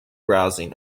browsing